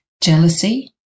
jealousy